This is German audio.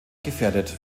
gefährdet